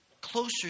closer